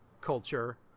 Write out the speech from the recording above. culture